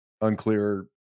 Unclear